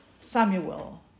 Samuel